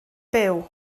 byw